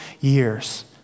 years